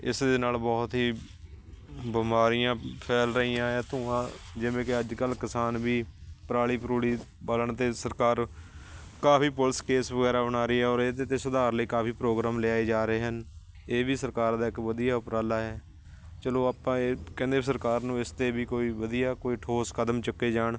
ਇਸ ਦੇ ਨਾਲ ਬਹੁਤ ਹੀ ਬਿਮਾਰੀਆਂ ਫੈਲ ਰਹੀਆਂ ਹੈ ਧੂੰਆਂ ਜਿਵੇਂ ਕਿ ਅੱਜ ਕੱਲ੍ਹ ਕਿਸਾਨ ਵੀ ਪਰਾਲੀ ਪਰੂਲੀ ਬਾਲਣ 'ਤੇ ਸਰਕਾਰ ਕਾਫੀ ਪੁਲਿਸ ਕੇਸ ਵਗੈਰਾ ਬਣਾ ਰਹੀ ਹੈ ਔਰ ਇਹਦੇ 'ਤੇ ਸੁਧਾਰ ਲਈ ਕਾਫੀ ਪ੍ਰੋਗਰਾਮ ਲਿਆਏ ਜਾ ਰਹੇ ਹਨ ਇਹ ਵੀ ਸਰਕਾਰ ਦਾ ਇੱਕ ਵਧੀਆ ਉਪਰਾਲਾ ਹੈ ਚਲੋ ਆਪਾਂ ਇਹ ਕਹਿੰਦੇ ਸਰਕਾਰ ਨੂੰ ਇਸ 'ਤੇ ਵੀ ਕੋਈ ਵਧੀਆ ਕੋਈ ਠੋਸ ਕਦਮ ਚੁੱਕੇ ਜਾਣ